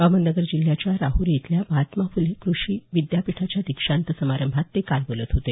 अहमदनगर जिल्ह्याच्या राहरी इथल्या महात्मा फुले कृषी कृषी विद्यापीठाच्या दीक्षांत समारंभात ते काल बोलत होते